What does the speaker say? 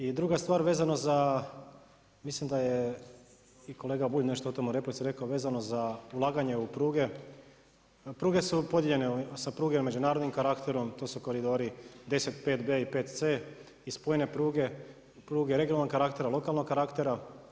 I druga stvar vezano za mislim da je i kolega Bulj nešto o tome u replici rekao vezano za ulaganje u pruge, pruge su podijeljene sa pruge međunarodnim karakterom, to su koridori 10, 5B i 5C i spojne pruge, pruge regionalnog karaktera, lokalnog karaktera.